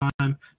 time